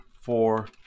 four